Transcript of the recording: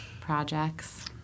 projects